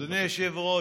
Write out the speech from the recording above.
היושב-ראש,